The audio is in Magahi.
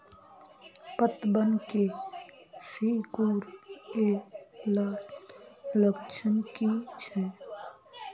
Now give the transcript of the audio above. पतबन के सिकुड़ ऐ का लक्षण कीछै?